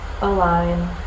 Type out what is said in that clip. align